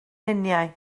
luniau